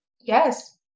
Yes